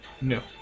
No